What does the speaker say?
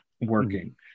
working